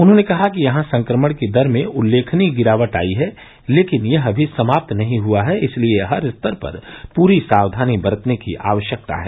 उन्होंने कहा कि यहां संक्रमण की दर में उल्लेखनीय गिरावट आई है लेकिन यह अमी समाप्त नहीं हुआ है इसलिए हर स्तर पर पूरी साक्षानी बरतने की आवश्यकता है